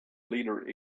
leader